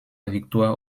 victoire